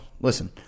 Listen